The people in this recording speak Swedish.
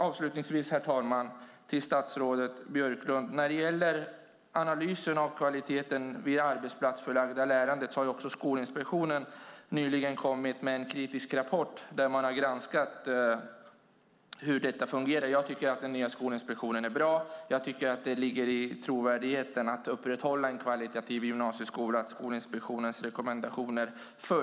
Avslutningsvis vänder jag mig till statsrådet Björklund. När det gäller kvaliteten i det arbetsplatsförlagda lärandet vill jag nämna att Skolinspektionen nyligen har kommit med en kritisk rapport där man har granskat detta. Jag tycker att den nya Skolinspektionen är bra. Det ligger i trovärdigheten att upprätthålla en kvalitativt god gymnasieskola att man också följer Skolinspektionens rekommendationer.